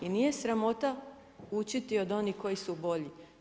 I nije sramota učiti od onih koji su bolji.